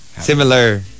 similar